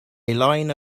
line